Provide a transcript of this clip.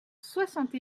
soixante